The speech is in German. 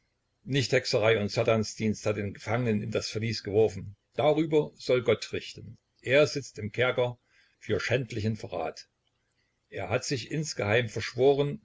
nicht hexerei und satansdienst hat den gefangenen in das verlies geworfen darüber soll gott richten er sitzt im kerker für schändlichen verrat er hat sich insgeheim verschworen